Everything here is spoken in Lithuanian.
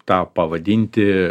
tą pavadinti